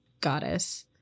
goddess